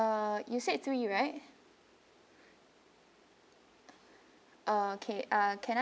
uh you said three right okay can I